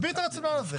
תסביר את העניין הזה.